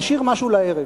נשאיר משהו לערב.